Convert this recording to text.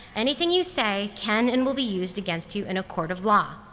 anything you say can and will be used against you in a court of law.